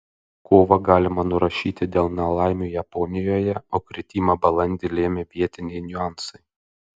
kovą galima nurašyti dėl nelaimių japonijoje o kritimą balandį lėmė vietiniai niuansai